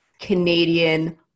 Canadian